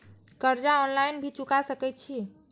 कर्जा ऑनलाइन भी चुका सके छी?